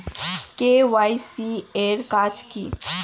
KYC এর কাজ কি?